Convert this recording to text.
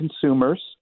consumers